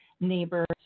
Neighbors